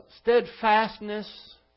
steadfastness